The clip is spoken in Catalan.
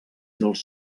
dels